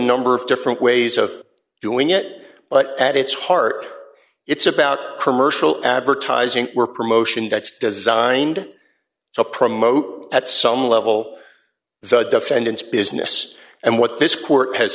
number of different ways of doing it but at its heart it's about commercial advertising we're promotion that's designed to promote at some level the defendant's business and what this court has